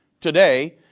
Today